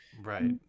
Right